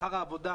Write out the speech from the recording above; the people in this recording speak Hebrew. שכר העבודה,